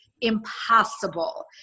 impossible